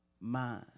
mind